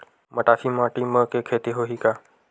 मटासी माटी म के खेती होही का?